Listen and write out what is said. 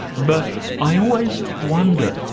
but i always wonder,